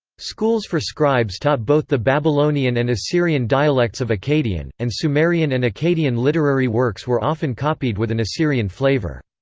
schools for scribes taught both the babylonian and assyrian dialects of akkadian, and sumerian and akkadian literary works were often copied with an assyrian flavour.